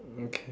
okay